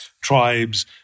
tribes